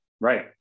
Right